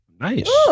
Nice